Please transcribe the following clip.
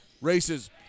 races